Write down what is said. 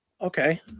okay